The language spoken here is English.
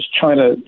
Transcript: China